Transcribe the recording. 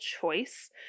choice